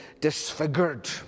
disfigured